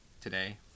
today